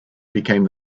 became